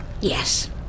Yes